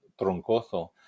Troncoso